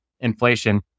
inflation